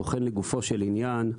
שבוחן לגופו של עניין.